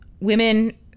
women